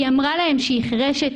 היא אמרה להם שהיא חירשת,